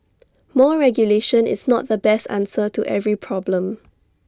more regulation is not the best answer to every problem